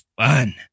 fun